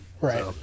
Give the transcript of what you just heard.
right